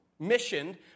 missioned